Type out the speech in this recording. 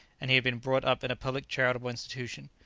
and he had been brought up in a public charitable institution.